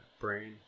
brain